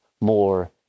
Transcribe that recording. more